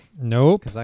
Nope